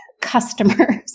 customers